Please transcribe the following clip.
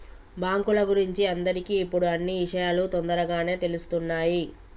బాంకుల గురించి అందరికి ఇప్పుడు అన్నీ ఇషయాలు తోందరగానే తెలుస్తున్నాయి